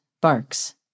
barks